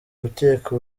gukeka